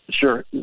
Sure